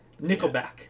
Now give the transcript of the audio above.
Nickelback